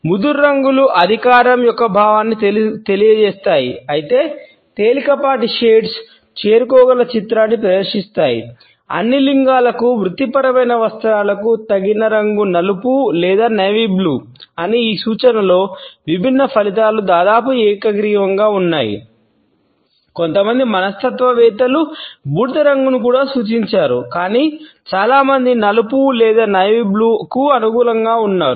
ముదురు రంగులు అధికారం యొక్క భావాన్ని తెలియజేస్తాయి అయితే తేలికపాటి షేడ్స్ అనుకూలంగా ఉన్నారు